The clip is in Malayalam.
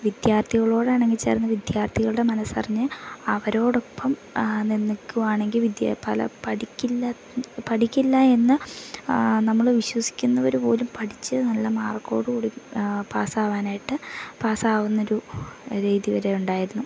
വിദ്യാർത്ഥികളോടിണങ്ങിച്ചേർന്ന് വിദ്യാർത്ഥികളുടെ മനസ്സറിഞ്ഞ് അവരോടൊപ്പം നിന്ന് നിൽക്കുകയാണെങ്കിൽ വിദ്യ പല പഠിക്കില്ല പഠിക്കില്ല എന്നു നമ്മൾ വിശ്വസിക്കുന്നവർ പോലും പഠിച്ച് നല്ല മാർക്കോടു കൂടി പാസാകാനായിട്ട് പാസാകുന്നൊരു രീതി വരെ ഉണ്ടായിരുന്നു